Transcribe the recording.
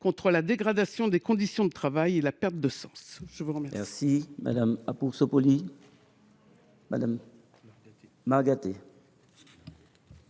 contre la dégradation des conditions de travail et la perte de sens